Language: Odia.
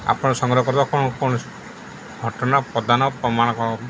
ଆପଣ ସଂଗ୍ରହ କରିଥିବା କୌଣସି ଘଟଣା ପ୍ରଦାନ ପ୍ରମାଣ କ'ଣ